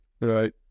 Right